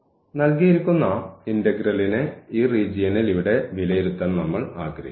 നൽകിയിരിക്കുന്ന ഇന്റഗ്രലിനെ ഈ റീജിയനിൽ ഇവിടെ വിലയിരുത്താൻ നമ്മൾ ആഗ്രഹിക്കുന്നു